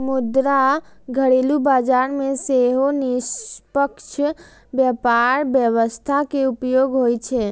मुदा घरेलू बाजार मे सेहो निष्पक्ष व्यापार व्यवस्था के उपयोग होइ छै